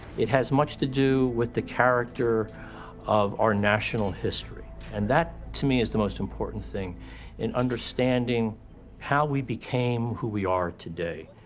it has much to do with the character of our national history. and that, to me, is the most important thing in understanding how we became who we are today.